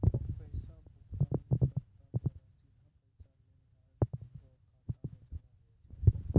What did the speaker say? पैसा भुगतानकर्ता द्वारा सीधे पैसा लेनिहार रो खाता मे जमा हुवै छै